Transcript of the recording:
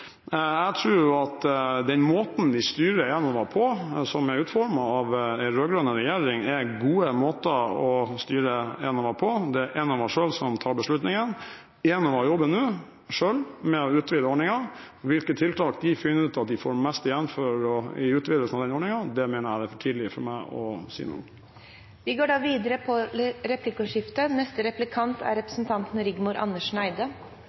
Jeg tror at den måten vi styrer Enova på, som er utformet av den rød-grønne regjeringen, er gode måter å styre Enova på. Det er Enova selv som tar beslutningene, og Enova jobber nå selv med å utvide ordningen. Hvilke tiltak de finner ut at de får mest igjen for i utvidelse av den ordningen, mener jeg det er for tidlig for meg å si noe om. Det er nærmest blitt for en juletradisjon å regne at Kristelig Folkeparti er